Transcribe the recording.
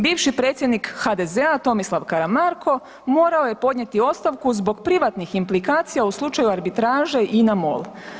Bivši predsjednik HDZ-a Tomislav Karamarko morao je podnijeti ostavku zbog privatnih implikacija u slučaju arbitraže INA - MOL.